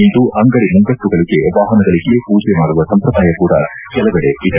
ಇಂದು ಅಂಗಡಿ ಮುಂಗಟ್ಟುಗಳಿಗೆ ವಾಹನಗಳಿಗೆ ಪೂಜೆ ಮಾಡುವ ಸಂಪ್ರದಾಯ ಕೂಡ ಕೆಲವೆಡೆ ಇದೆ